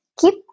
keep